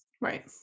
Right